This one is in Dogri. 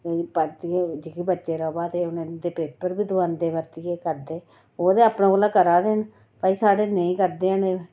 परतियै हून जेह्ड़े बच्चे रोहा दे उं'दे पेपर बी दोआंदे परतियै करदे ओह् ते अपने कोला करा दे न भई साढ़े नेईं करदे हैन एह्